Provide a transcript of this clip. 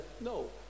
no